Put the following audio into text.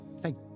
Thank